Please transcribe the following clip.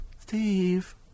Steve